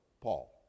Paul